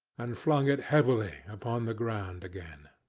and flung it heavily upon the ground again.